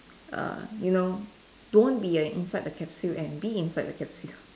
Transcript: err you know don't want be inside the capsule and be inside the capsule